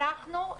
שנייה, תני לה.